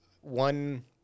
one